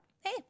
Hey